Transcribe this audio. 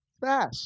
Fast